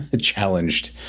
challenged